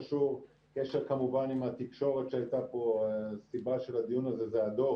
קשר כמובן עם התקשורת שהייתה פה הסיבה של הדיון הזה היא הדוח